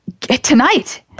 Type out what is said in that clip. Tonight